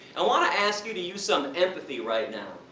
i want to ask you, to use some empathy right now.